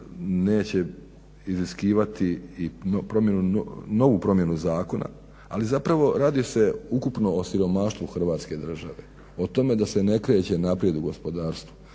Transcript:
neće iziskivati i novu promjenu zakona. Ali zapravo radi se ukupno o siromaštvu Hrvatske države, o tome da se ne kreće naprijed u gospodarstvu,